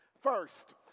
First